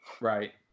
Right